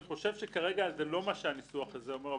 אני חושב שכרגע זה לא מה שהניסוח הזה אומר,